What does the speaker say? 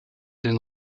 den